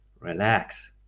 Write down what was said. relax